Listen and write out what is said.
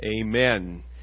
Amen